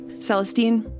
Celestine